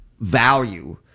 value